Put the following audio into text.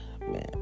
man